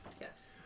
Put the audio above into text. Yes